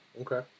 Okay